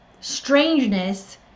strangeness